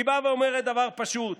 היא באה ואומרת דבר פשוט: